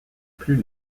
plus